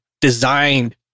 designed